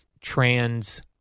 trans